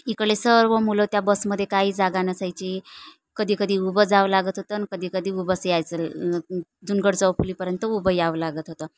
इकडले सर्व मुलं त्या बसमध्ये काही जागा नसायची कधी कधी उभं जावं लागत होतं आणि कधी कधी उभंच यायचं जुनगड चौफुलीपर्यंत उभं यावं लागत होतं